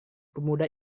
pemuda